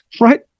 right